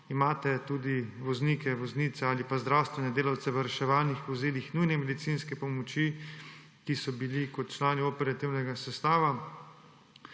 imate tudi voznike, voznice ali pa zdravstvene delavce v reševalnih vozilih nujne medicinske pomoči, ki so bili kot člani operativnega sestava,